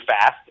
fast